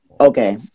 okay